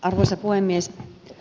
arvoisa puhemies